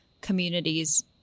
communities